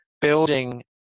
building